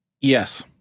Yes